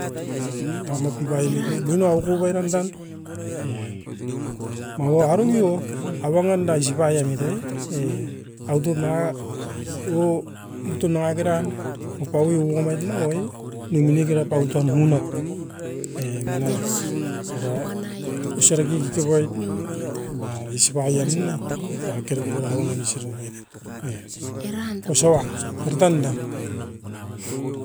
Oi-e tamopika omit ne nunui auko boiran dan e maua arobio. A wangan dae isop paiomit e, e autop nanga owo mutu nangakeran opau wiu omait ne oi nimunikera paun tan munop. E manap, era usariki kikipoit ba-isopaien ne baiken kopai orongui nisiru raiten, e osoan. Era tanda.